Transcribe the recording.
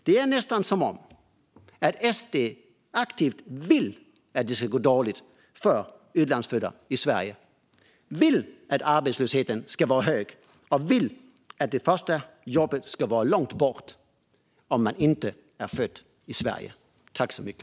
Det är nästan som om SD aktivt vill att det ska gå dåligt för utlandsfödda i Sverige. De vill att arbetslösheten ska vara hög och att det första jobbet ska vara långt borta om man inte är född i Sverige.